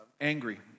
angry